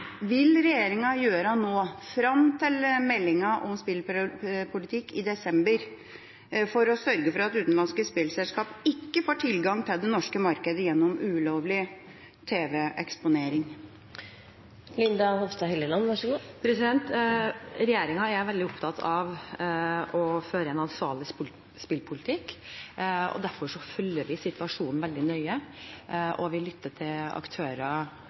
vil regjeringa treffe nå fram til meldinga om spillpolitikk i desember for å sørge for at utenlandske spillselskaper ikke får tilgang til det norske markedet gjennom ulovlig tv-eksponering? Regjeringen er veldig opptatt av å føre en ansvarlig spillpolitikk, og derfor følger vi situasjonen veldig nøye. Vi lytter til aktører